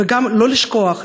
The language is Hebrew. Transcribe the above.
וגם לא לשכוח,